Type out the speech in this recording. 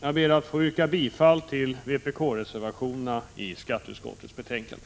Jag ber att få yrka bifall till vpk-reservationerna i skatteutskottets betänkande.